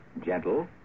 gentle